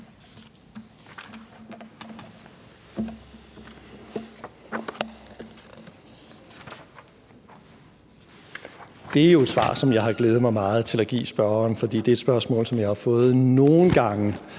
Det er jo et svar, som jeg har glædet mig meget til at give spørgeren, for det er et spørgsmål, som jeg har fået nogle gange!